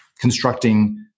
constructing